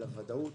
על הוודאות,